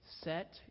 set